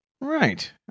Right